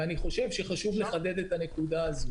ואני חושב שחשוב לחדד את הנקודה הזאת.